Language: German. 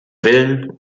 willen